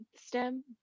stem